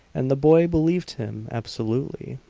and the boy believed him absolutely.